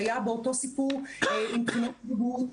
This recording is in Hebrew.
שהיה באותו סיפור עם בחינות הבגרות,